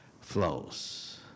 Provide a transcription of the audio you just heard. flows